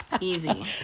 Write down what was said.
Easy